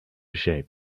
shape